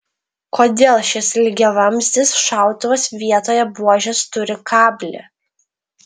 kodėl šis lygiavamzdis šautuvas vietoje buožės turi kablį